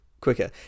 quicker